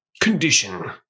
condition